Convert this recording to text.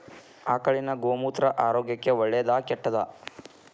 ಆಕಳಿನ ಗೋಮೂತ್ರ ಆರೋಗ್ಯಕ್ಕ ಒಳ್ಳೆದಾ ಕೆಟ್ಟದಾ?